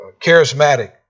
charismatic